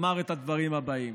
אומר את הדברים הבאים: